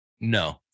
No